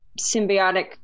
symbiotic